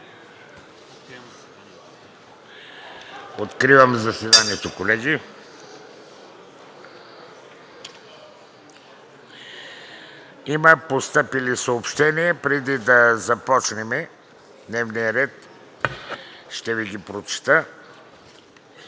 Откривам заседанието. (Звъни.) Има постъпили съобщения и преди да започнем с дневния ред, ще Ви ги прочета: